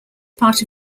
part